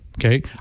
okay